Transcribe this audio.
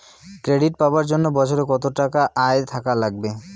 Credit পাবার জন্যে বছরে কত টাকা আয় থাকা লাগবে?